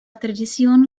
tradición